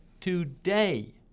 today